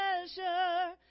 measure